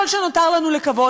כל שנותר לנו לקוות,